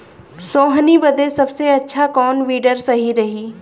सोहनी बदे सबसे अच्छा कौन वीडर सही रही?